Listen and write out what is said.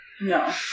No